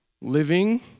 living